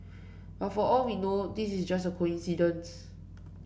but for all we know this is just a coincidence